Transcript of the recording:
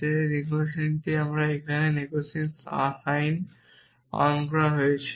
যে নেগেশানটি এখানে বাইরে নেগেশান সাইন অন করা হয়েছে